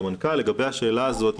לגבי השאלה הזאת,